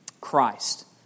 Christ